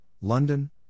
London